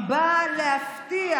היא באה להבטיח,